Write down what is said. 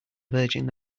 virgin